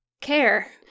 care